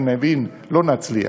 אני מבין שלא נצליח: